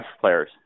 players